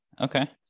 Okay